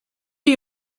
chi